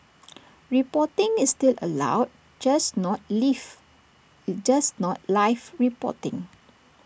reporting is still allowed just not live just not life reporting